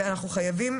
ואנחנו חייבים